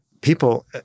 people